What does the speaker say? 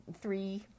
three